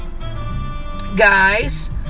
guys